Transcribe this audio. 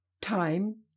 Time